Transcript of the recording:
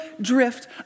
drift